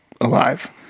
alive